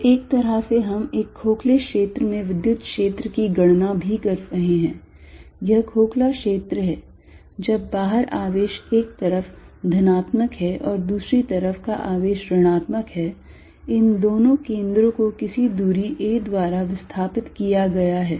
तो एक तरह से हम एक खोखले क्षेत्र में विद्युत क्षेत्र की गणना भी कर रहे हैं यह खोखला क्षेत्र है जब बाहर आवेश एक तरफ धनात्मक है और दूसरी तरफ का आवेश ऋणात्मक है इन दोनों केंद्रों को किसी दूरी a द्वारा विस्थापित किया गया है